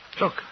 Look